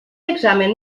examen